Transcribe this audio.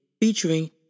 featuring